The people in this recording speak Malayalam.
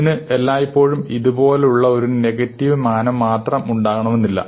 ഇതിന് എല്ലായ്പ്പോഴും ഇതുപോലുള്ള ഒരു നെഗറ്റീവ് മാനം മാത്രം ഉണ്ടാകണമെന്നില്ല